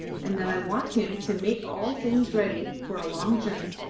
and that i want him to make all things ready for a long journey.